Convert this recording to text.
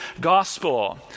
gospel